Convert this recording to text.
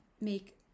make